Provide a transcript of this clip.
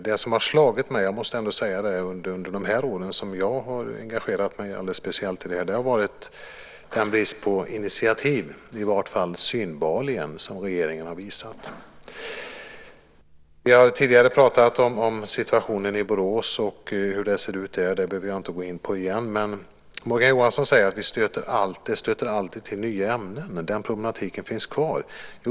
Det som har slagit mig - jag måste säga det - under de år som jag har engagerat mig alldeles speciellt i detta har varit bristen på initiativ, i varje fall synbarligen, som regeringen har visat. Vi har tidigare talat om situationen i Borås, och hur det ser ut där behöver jag inte gå in på igen. Men Morgan Johansson säger att det alltid tillkommer nya ämnen. Den problematiken finns kvar.